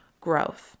growth